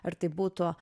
ar tai būtų